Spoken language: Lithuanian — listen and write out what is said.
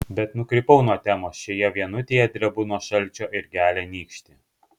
bet nukrypau nuo temos šioje vienutėje drebu nuo šalčio ir gelia nykštį